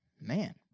Man